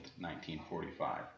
1945